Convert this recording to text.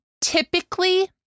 typically